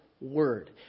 word